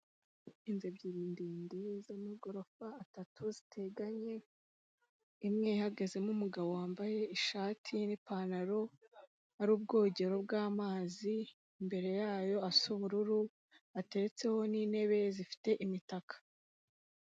Inzu ebyiri ndende z'amagorofa atatu ziteganye, imwe ihagazemo umugabo wambaye ishati n'ipantaro. Hari ubwogero bw'amazi, imbere yayo hasa ubururu. Hateretseho n'intebe zifite imitaka.